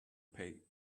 pay